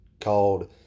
called